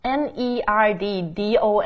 N-E-R-D-D-O-M